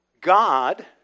God